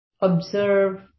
observe